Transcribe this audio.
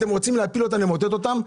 אתם רוצים להפיל אותם ולמוטט אותם?